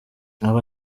aba